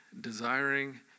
desiring